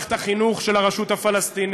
למערכת החינוך של הרשות הפלסטינית,